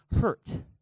hurt